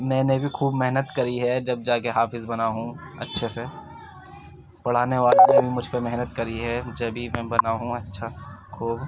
میں نے بھی خوب محنت کری ہے جب جا كے حافظ بنا ہوں اچّھے سے پڑھانے والا بھی مجھ پہ محنت کری ہے جبھی میں بنا ہوں اچّھا خوب